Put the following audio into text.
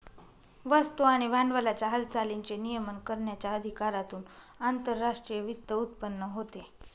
वस्तू आणि भांडवलाच्या हालचालींचे नियमन करण्याच्या अधिकारातून आंतरराष्ट्रीय वित्त उत्पन्न होते